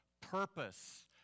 purpose